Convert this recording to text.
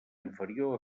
inferior